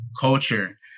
culture